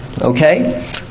okay